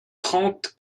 trente